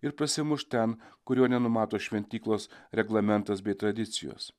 ir prasimuš ten kur jo nenumato šventyklos reglamentas bei tradicijos